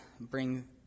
bring